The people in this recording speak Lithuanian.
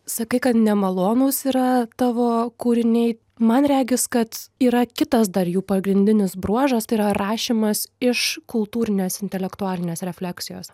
sakai kad nemalonūs yra tavo kūriniai man regis kad yra kitas dar jų pagrindinis bruožas tai yra rašymas iš kultūrinės intelektualinės refleksijos